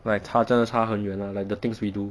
like 差真的差很远 lah like the things we do